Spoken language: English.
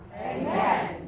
Amen